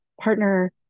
partner